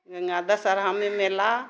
गङ्गा दशहरामे मेला